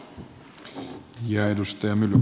arvoisa herra puhemies